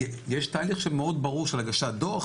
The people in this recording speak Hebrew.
יש תהליך שמאוד ברור, של הגשת דוח.